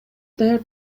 даяр